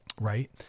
right